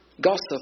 gossip